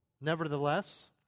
Nevertheless